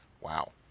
Wow